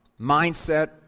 mindset